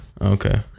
okay